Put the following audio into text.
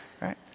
right